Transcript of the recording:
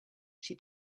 she